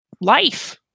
life